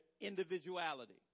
individuality